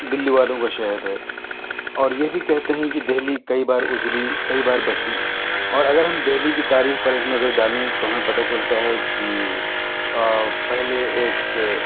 دلّی والوں کا شہر ہے اور یہ بھی کہتے ہیں کہ دہلی کئی بار اُجڑی کئی بار بسی اور اگر ہم دہلی کی تاریخ پر ایک نظر ڈالیں تو ہمیں پتہ چلتا ہے کہ پہلے ایک